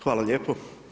Hvala lijepo.